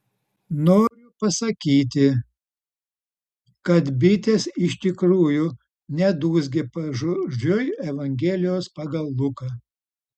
noriu pasakyti kad bitės iš tikrųjų nedūzgė pažodžiui evangelijos pagal luką